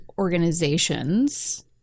Organizations